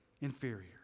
inferior